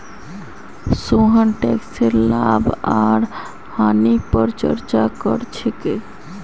सोहन टैकसेर लाभ आर हानि पर चर्चा कर छेक